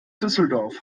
düsseldorf